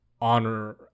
honor